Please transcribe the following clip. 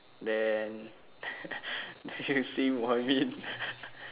then then you see what I mean